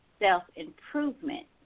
self-improvement